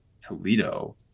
Toledo